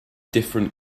different